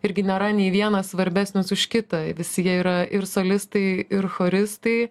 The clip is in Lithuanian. irgi nėra nei vienas svarbesnis už kitą visi jie yra ir solistai ir choristai